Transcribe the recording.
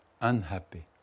unhappy